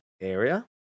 area